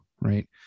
right